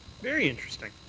very interesting.